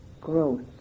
growth